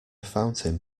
fountain